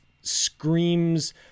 screams